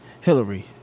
Hillary